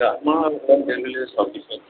ତ ଆପଣ home delivery service ଅଛି ଆଉ